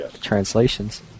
Translations